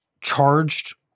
charged